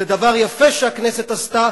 זה דבר יפה שהכנסת עשתה,